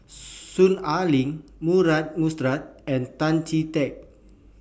Soon Ai Ling Murray Buttrose and Tan Chee Teck